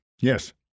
Yes